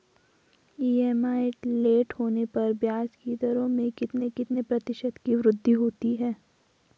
EMI late होने पर ब्याज की दरों में कितने कितने प्रतिशत की वृद्धि होती है?